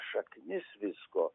šaknis visko